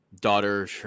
daughter